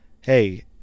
hey